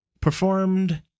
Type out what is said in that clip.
Performed